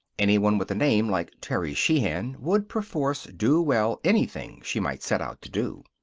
anyone with a name like terry sheehan would, perforce, do well anything she might set out to do.